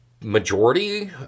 majority